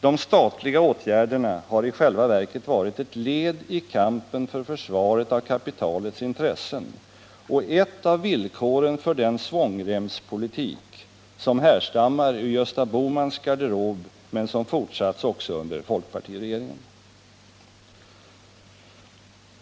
De statliga åtgärderna har i själva verket varit ett led i kampen för försvaret av kapitalets intressen och ett av villkoren för den svångremspolitik som härstammar ur Gösta Bohmans garderob men som fortsatts också under folkpartiregeringen.